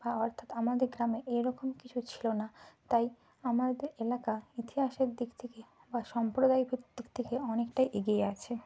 বা অর্থাৎ আমাদের গ্রামে এইরকম কিছু ছিল না তাই আমাদের এলাকা ইতিহাসের দিক থেকে বা সম্প্রদায়িকের দিক থেকে অনেকটাই এগিয়ে আছে